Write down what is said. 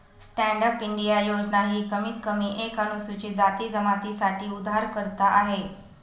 stand up India योजना ही कमीत कमी एक अनुसूचित जाती जमाती साठी उधारकर्ता आहे